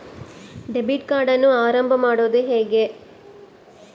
Debit ಕಾರ್ಡನ್ನು ಆರಂಭ ಮಾಡೋದು ಹೇಗೆ?